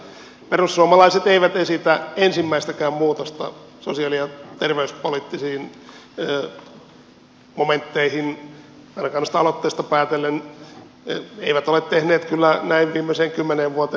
perussuomalaiset eivät esitä ensimmäistäkään muutosta sosiaali ja terveyspoliittisiin momentteihin ainakaan näistä aloitteista päätellen eivät ole kyllä tehneet näin viimeiseen kymmeneen vuoteen kun minä olen täällä ollut